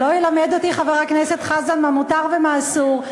ולא ילמד אותי חבר הכנסת חזן מה מותר ומה אסור,